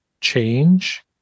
change